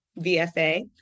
VFA